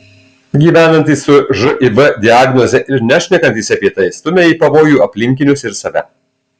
gyvenantys su živ diagnoze ir nešnekantys apie tai stumia į pavojų aplinkinius ir save